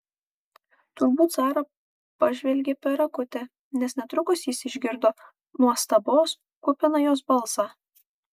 turbūt zara pažvelgė per akutę nes netrukus jis išgirdo nuostabos kupiną jos balsą